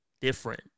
different